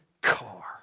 car